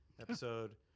episode